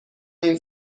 این